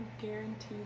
guarantee